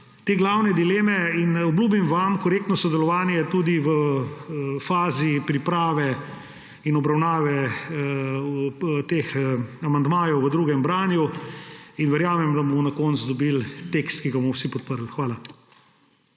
glavne dileme. Obljubim vam korektno sodelovanje tudi v fazi priprave in obravnave teh amandmajev v drugem branju. Verjamem, da bomo na koncu dobili tekst, ki ga bomo vsi podprli. Hvala.